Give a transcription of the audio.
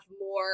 more